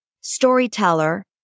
storyteller